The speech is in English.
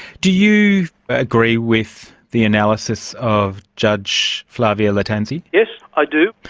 do you agree with the analysis of judge flavia lattanzi? yes, i do.